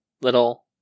little